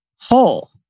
whole